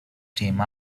theme